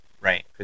Right